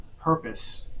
purpose